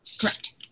Correct